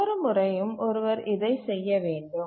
ஒவ்வொரு முறையும் ஒருவர் இதைச் செய்ய வேண்டும்